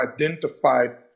identified